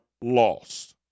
lost